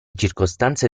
circostanze